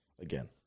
again